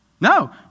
No